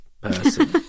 person